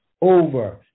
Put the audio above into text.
over